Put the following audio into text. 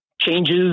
changes